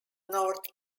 north